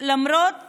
למרות